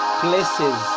places